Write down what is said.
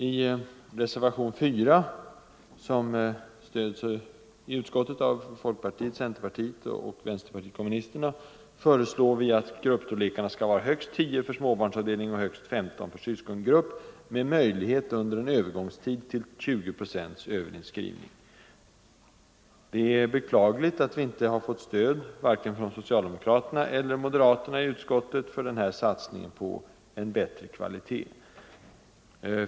I reservationen 4, som stöds av folkpartiet, centerpartiet och vänsterpartiet kommunisterna, föreslår vi att gruppstorlekarna skall vara högst 10 för småbarnsavdelning och högst IS för syskongrupp, med möjlighet under en övergångstid till 20 procents överinskrivning. Det är beklagligt att vi inte har fått stöd av vare sig socialdemokraterna eller moderaterna i utskottet för den här satsningen på en bättre kvalitet.